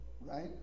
right